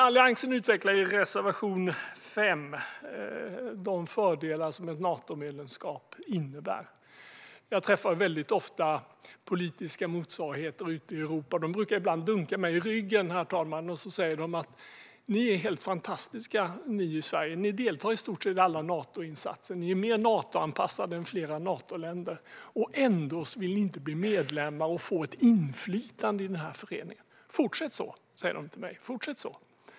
Alliansen utvecklar i reservation 5 de fördelar som ett Natomedlemskap innebär. Jag träffar ofta mina politiska motsvarigheter ute i Europa, och de brukar ibland dunka mig i ryggen och säga: Ni i Sverige är helt fantastiska! Ni deltar i stort sett i alla Natoinsatser och är mer Natoanpassade än flera Natoländer, och ändå vill ni inte bli medlemmar och få ett inflytande i den här föreningen. Fortsätt så!